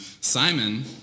Simon